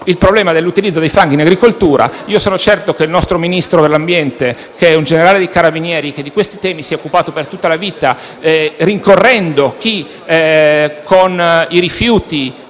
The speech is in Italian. il problema dell’utilizzo dei fanghi in agricoltura. Io sono convinto che il nostro Ministro dell’ambiente, che è un generale dei carabinieri che di questi temi si è occupato per tutta la vita, perseguitando chi con i rifiuti